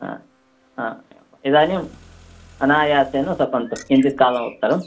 हा हा इदानीं अनायासेन स्वपन्तु किञ्चित्कालोत्तरं